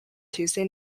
tuesday